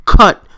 cut